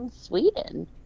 Sweden